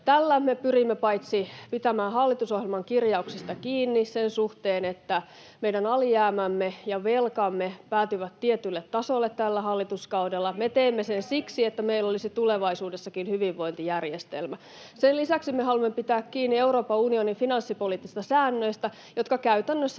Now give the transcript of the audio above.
Tällä me pyrimme pitämään hallitusohjelman kirjauksista kiinni sen suhteen, että meidän alijäämämme ja velkamme päätyvät tietylle tasolle tällä hallituskaudella. [Anne Kalmari: Ja rikkaitten verohelpotukset!] Me teemme sen siksi, että meillä olisi tulevaisuudessakin hyvinvointijärjestelmä. Sen lisäksi me haluamme pitää kiinni Euroopan unionin finanssipoliittisista säännöistä, jotka käytännössä